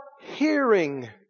hearing